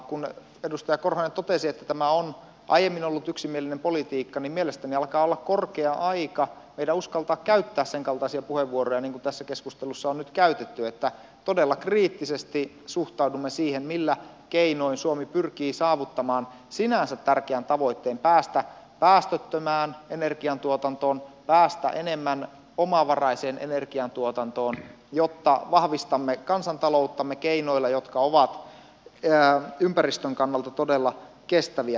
kun edustaja korhonen totesi että tämä on aiemmin ollut yksimielinen politiikka niin mielestäni alkaa olla korkea aika meidän uskaltaa käyttää sen kaltaisia puheenvuoroja kuin tässäkin keskustelussa on nyt käytetty niin että todella kriittisesti suhtaudumme siihen millä keinoin suomi pyrkii saavuttamaan sinänsä tärkeän tavoitteen päästä päästöttömään energiantuotantoon päästä enemmän omavaraiseen energiantuotantoon jotta vahvistamme kansantalouttamme keinoilla jotka ovat ympäristön kannalta todella kestäviä